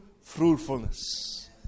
fruitfulness